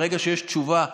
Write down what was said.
ברגע שיש תשובה שלילית,